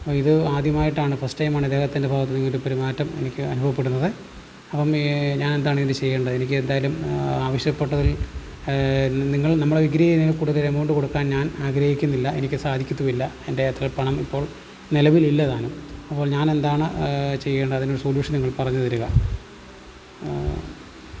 ഇത് ആദ്യമായിട്ടാണ് ഫസ്റ്റ് ടൈമാണ് ഇദ്ദേഹത്തിൻ്റെ ഭാഗത്ത് നിന്നിങ്ങനെയൊരു പെരുമാറ്റം എനിക്ക് അനുഭവപ്പെടുന്നത് അപ്പം ഈ ഞാൻ എന്താണ് ഇതിന് ചെയ്യേണ്ടത് എനിക്ക് എന്തായാലും ആവിശ്യപ്പെട്ടതിൽ നിങ്ങൾ നമ്മൾ എഗ്രീ ചെയ്തതിൽ കൂടുതൽ എമൗണ്ട് കൊടുക്കാൻ ഞാൻ ആഗ്രഹിക്കുന്നില്ല എനിക്ക് സാധിക്കത്തും ഇല്ല എൻ്റെ കയ്യിൽ അത്ര പണം ഇപ്പോൾ നിലവിൽ ഇല്ലതാനും അപ്പോൾ ഞാൻ എന്താണ് ചെയ്യേണ്ടത് അതിനൊരു സൊല്യൂഷൻ നിങ്ങൾ പറഞ്ഞു തരിക